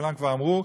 שכולם כבר אמרו,